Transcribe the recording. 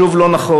שוב לא נכון.